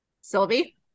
Sylvie